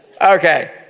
Okay